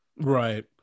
right